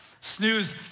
snooze